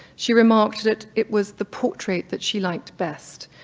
she remarked that it was the portrait that she liked best,